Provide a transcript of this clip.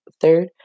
Third